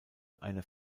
eine